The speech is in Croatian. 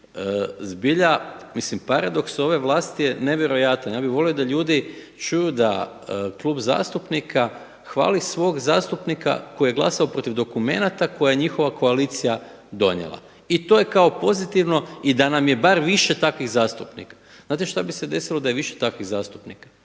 zbilja, znači paradoks ove vlasti je nevjerojatan. Ja bih volio da ljudi čuju da Klub zastupnika hvali svog zastupnika koji je glasao protiv dokumenata koje je njihova koalicija donijela. I to je kao pozitivno i da nam je bar više takvih zastupnika. Znate što bi se desilo da je više takvih zastupnika?